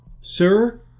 Sir